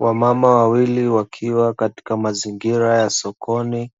Wamama wawili wakiwa katika mazingira ya sokoni